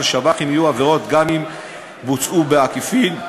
שב"חים יהיו עבירות גם אם בוצעו בעקיפין.